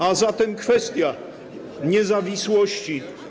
A zatem kwestia niezawisłości.